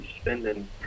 spending